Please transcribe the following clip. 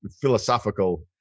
philosophical